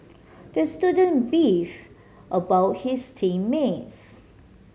the student beefed about his team mates